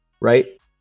right